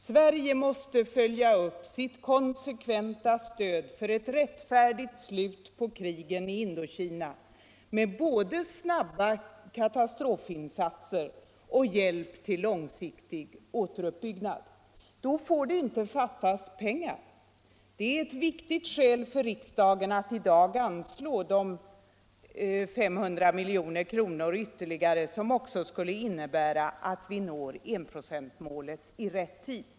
Sverige måste följa upp sitt konsekventa stöd för ett rättfärdigt slut på krigen i Indokina med både snabba katastrofinsatser och hjälp till långsiktig återuppbyggnad. Då får det inte fattas pengar. Det är ett viktigt skäl för riksdagen att i dag anslå de 500 milj.kr. ytterligare, som också skulle innebära att vi når enprocentsmålet i rätt tid.